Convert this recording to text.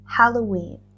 Halloween